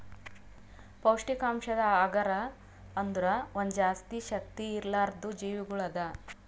ಪೌಷ್ಠಿಕಾಂಶದ್ ಅಗರ್ ಅಂದುರ್ ಒಂದ್ ಜಾಸ್ತಿ ಶಕ್ತಿ ಇರ್ಲಾರ್ದು ಜೀವಿಗೊಳ್ ಅದಾ